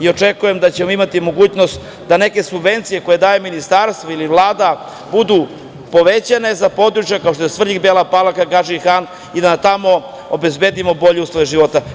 Očekujem da ćemo imati mogućnost da neke subvencije koje daje Ministarstvo ili Vlada, budu povećane za područja kao što su Svrljig, Bela Palanka, Gadžin Han i da tamo obezbedimo bolje uslove života.